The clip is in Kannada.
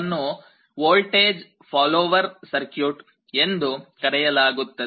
ಇದನ್ನು ವೋಲ್ಟೇಜ್ ಫಾಲ್ಲೋವರ್ ಸರ್ಕ್ಯೂಟ್ ಎಂದು ಕರೆಯಲಾಗುತ್ತದೆ